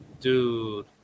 Dude